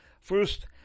first